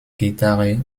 gitarre